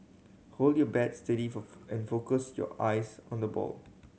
hold your bat steady and focus your eyes on the ball